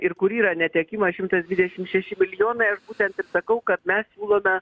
ir kur yra netekimas šimtas dvidešim šeši milijonai aš būtent ir sakau kad mes siūlome